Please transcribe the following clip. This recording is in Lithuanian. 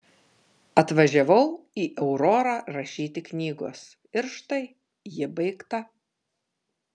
atvažiavau į aurorą rašyti knygos ir štai ji baigta